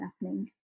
happening